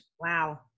Wow